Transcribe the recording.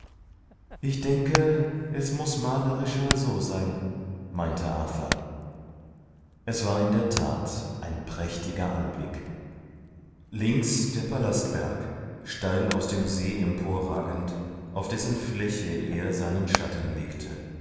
ich denke es muß malerischer so sein meinte arthur es war in der tat ein prächtiger anblick links der palastberg steil aus dem see emporragend auf dessen fläche er seinen schatten legte